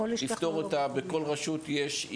באמת אפשר לפתור מערכת כזאת.